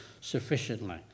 sufficiently